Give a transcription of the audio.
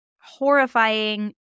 horrifying